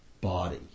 body